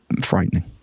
frightening